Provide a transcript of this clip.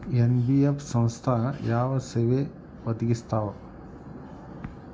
NBF ಸಂಸ್ಥಾ ಯಾವ ಸೇವಾ ಒದಗಿಸ್ತಾವ?